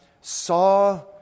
saw